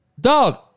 Dog